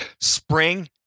Spring